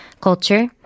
culture